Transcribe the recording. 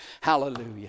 Hallelujah